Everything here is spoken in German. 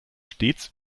stets